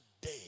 day